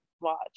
watch